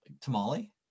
tamale